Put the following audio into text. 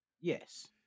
Yes